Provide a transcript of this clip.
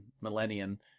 millennium